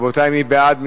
רבותי, מי בעד?